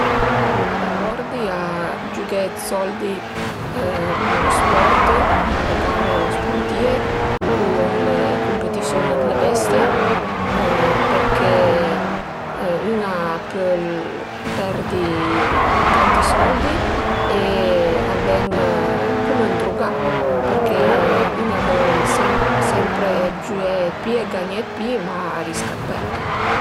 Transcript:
Sun pa d'acordi a giüghé d'soldi ën lë sport, ën le gare spurtive u ën le cumpetisiun d'le bestie perché ün a pöl perdi tanti soldi e a ven cum ün drugà perché ün a völ sam- sempre giüé d'pi e gagné d'pi, ma a risca dë perdi